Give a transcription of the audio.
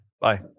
bye